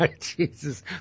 Jesus